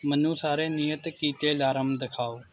ਮੈਨੂੰ ਸਾਰੇ ਨਿਯਤ ਕੀਤੇ ਅਲਾਰਮ ਦਿਖਾਓ